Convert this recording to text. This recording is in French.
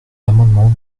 l’amendement